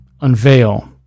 unveil